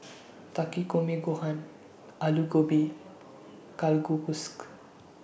Takikomi Gohan Alu Gobi